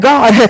God